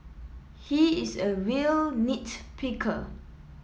he is a real nit picker